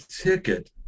ticket